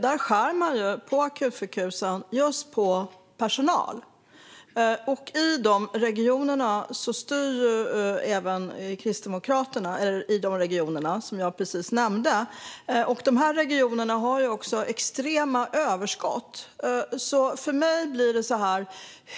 Där skär man ned just på personalen på akutsjukhusen. I de regionerna styr även Kristdemokraterna. Dessa regioner har också extrema överskott.